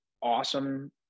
awesome